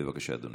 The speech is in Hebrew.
בבקשה, אדוני.